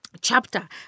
Chapter